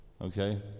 Okay